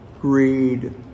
greed